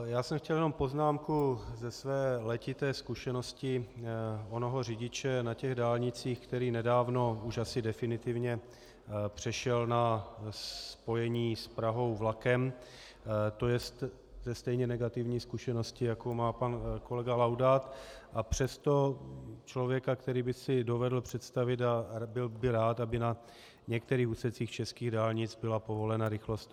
Já jsem chtěl jen poznámku ze své letité zkušenosti onoho řidiče na těch dálnicích, který nedávno, už asi definitivně, přešel na spojení s Prahou vlakem, tj. ze stejně negativní zkušenosti, jakou má pan kolega Laudát, a přesto člověka, který by si dovedl představit a byl by rád, aby na některých úsecích českých dálnic byla povolena rychlost 150 km/h.